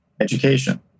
education